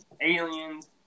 aliens